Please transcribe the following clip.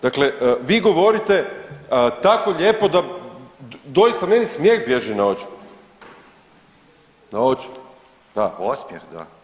Dakle, vi govorite tako lijepo da doista meni smijeh bježi na oči, na oči da.